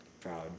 proud